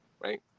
right